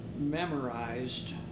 memorized